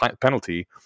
penalty